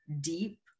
deep